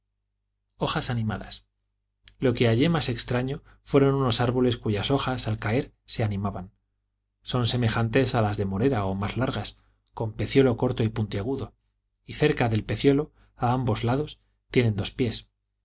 hojas animadas lo que hallé más extraño fueron unos árboles cuyas hojas al caer se animaban son semejantes a las de morera o más largas con pecíolo corto y puntiagudo y cerca del pecíolo a ambos lados tienen dos pies